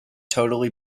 totally